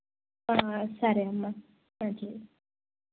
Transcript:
సరే అమ్మ thank you